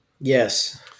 Yes